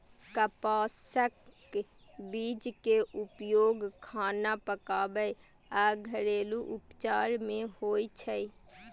कपासक बीज के उपयोग खाना पकाबै आ घरेलू उपचार मे होइ छै